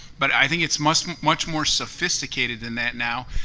but i think it's much much more sophisticated than that now.